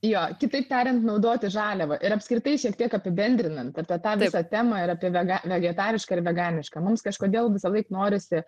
jo kitaip tariant naudoti žaliavą ir apskritai šiek tiek apibendrinant apie tą visą temą ir apie vega vegetarišką ir veganišką mums kažkodėl visąlaik norisi